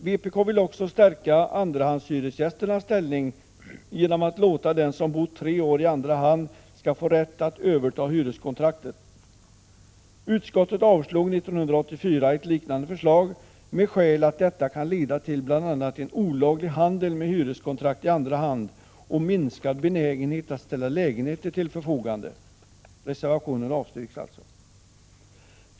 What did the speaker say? Vpk vill också stärka andrahandshyresgästernas ställning genom att låta den som bott tre år i andra hand få rätt att överta hyreskontraktet. Utskottet avslog 1984 ett liknande förslag med motiveringen att detta kan leda till bl.a. en olaglig handel med hyreskontrakt i andra hand och minskad benägenhet att ställa lägenheter till förfogande. Reservationen avstyrks alltså.